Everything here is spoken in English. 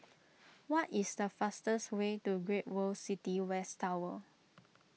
what is the fastest way to Great World City West Tower